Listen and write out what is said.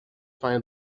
find